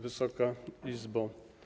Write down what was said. Wysoka Izbo!